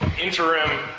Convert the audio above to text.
interim